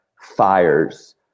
fires